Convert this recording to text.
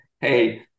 hey